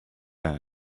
hand